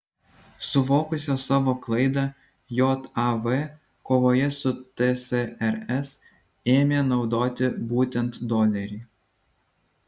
suvokusios savo klaidą jav kovoje su tsrs ėmė naudoti būtent dolerį